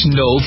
no